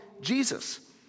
Jesus